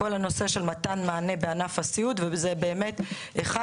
שכל הנושא של מתן מענה בענף הסיעוד הוא אחד הנושאים